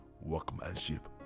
workmanship